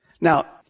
Now